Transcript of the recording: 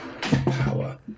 Power